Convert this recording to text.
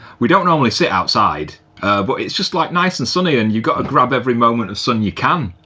we don't normally sit outside but it's just like nice and sunny and you've got a grab every moment as sun you can.